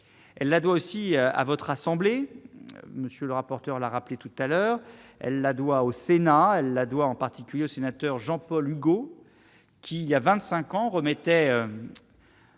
la doit aussi à votre assemblée, monsieur le rapporteur, l'a rappelé tout à l'heure, elle la doit au Sénat, elle la doit en particulier au sénateur Jean-Paul Hugot qui, il y a 25 ans remettait.